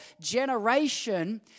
generation